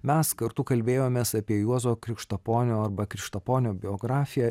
mes kartu kalbėjomės apie juozo krikštaponio arba krištaponio biografiją